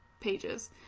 pages